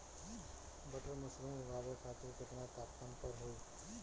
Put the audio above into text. Button mushroom उगावे खातिर केतना तापमान पर होई?